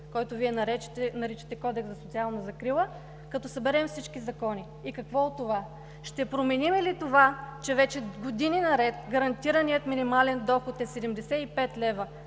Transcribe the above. който Вие наричате Кодекс за социална закрила, като съберем всички закони. И какво от това? Ще променим ли това, че вече години наред гарантираният минимален доход е 75 лева,